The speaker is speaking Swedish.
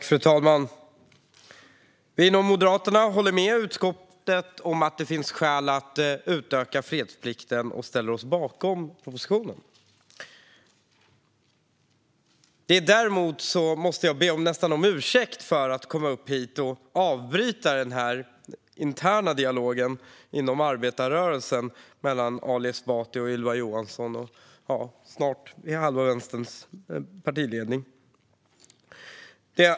Fru talman! Moderaterna håller med utskottet om att det finns skäl att utöka fredsplikten och ställer sig därför bakom propositionen. Jag måste nästan be om ursäkt för att jag går upp här och avbryter den interna dialogen inom arbetarrörelsen mellan Ali Esbati och Ylva Johansson - och snart halva Vänsterns partiledning.